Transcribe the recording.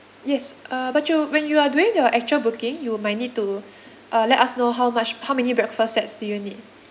yes uh but you when you are doing your actual booking you might need to uh let us know how much how many breakfast sets do you need